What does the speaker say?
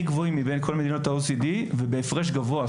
גבוהים מבין כל מדינות ה-OECD ובהפרש גבוה.